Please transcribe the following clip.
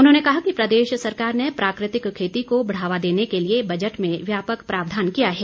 उन्होंने कहा कि प्रदेश सरकार ने प्राकृतिक खेती को बढ़ावा देने के लिए बजट में व्यापक प्रावधान किया है